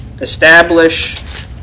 establish